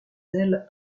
elle